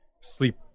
sleep